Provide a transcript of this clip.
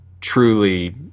truly